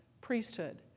priesthood